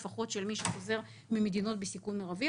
לפחות של מי שחוזר ממדינות בסיכון מרבי.